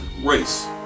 race